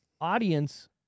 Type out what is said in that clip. audience